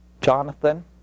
Jonathan